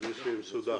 כדי שיהיה מסודר.